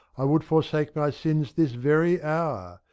i would forsake my sins this very hour,